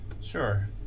Sure